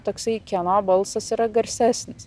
toksai kieno balsas yra garsesnis